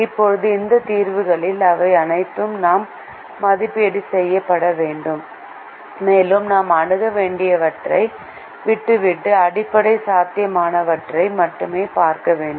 இப்போது இந்த தீர்வுகளில் அவை அனைத்தையும் நாம் மதிப்பீடு செய்ய வேண்டும் மேலும் நாம் அணுக முடியாதவற்றை விட்டுவிட்டு அடிப்படை சாத்தியமானவற்றை மட்டுமே பார்க்க வேண்டும்